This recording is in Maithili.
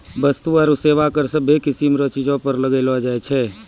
वस्तु आरू सेवा कर सभ्भे किसीम रो चीजो पर लगैलो जाय छै